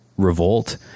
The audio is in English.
revolt